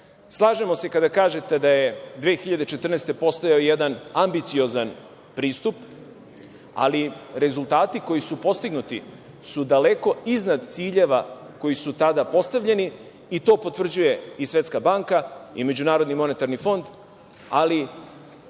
značaja. Slažemo se kada kažete da je 2014. godine postojao jedan ambiciozan pristup, ali rezultati koji su postignuti su daleko iznad ciljeva koji su tada postavljeni i to potvrđuje i Svetska banka i MMF, ali i Fiskalni savet.